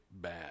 bad